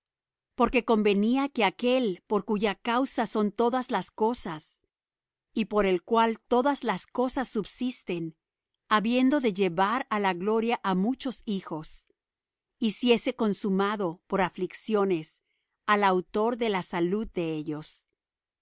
porque convenía que aquel por cuya causa son todas las cosas y por el cual todas las cosas subsisten habiendo de llevar á la gloria á muchos hijos hiciese consumado por aflicciones al autor de la salud de ellos